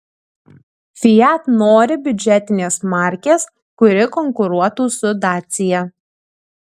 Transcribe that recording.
fiat nori biudžetinės markės kuri konkuruotų su dacia